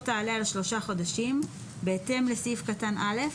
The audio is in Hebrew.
תעלה על שלושה חודשים בהתאם לסעיף קטן (א),